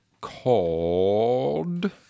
called